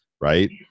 right